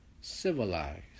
civilized